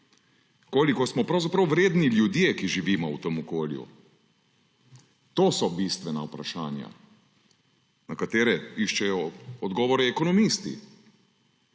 Koliko smo pravzaprav vredni ljudje, ki živimo v tem okolju? To so bistvena vprašanja, na katera iščejo odgovore ekonomisti.